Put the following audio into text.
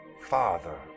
father